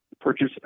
purchase